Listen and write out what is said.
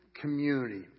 community